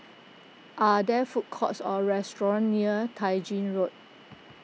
are there food courts or restaurants near Tai Gin Road